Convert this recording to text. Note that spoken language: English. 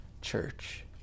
church